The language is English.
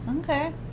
Okay